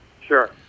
Sure